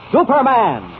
Superman